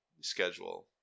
schedule